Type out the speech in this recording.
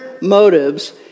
motives